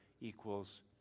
equals